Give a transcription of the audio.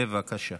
בבקשה.